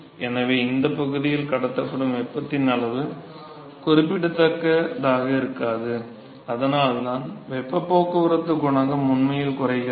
எனவே இந்த பகுதியில் கடத்தப்படும் வெப்பத்தின் அளவு குறிப்பிடத்தக்கதாக இருக்காது அதனால்தான் வெப்பப் போக்குவரத்து குணகம் உண்மையில் குறைகிறது